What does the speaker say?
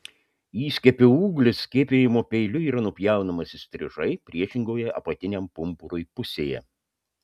įskiepio ūglis skiepijimo peiliu yra nupjaunamas įstrižai priešingoje apatiniam pumpurui pusėje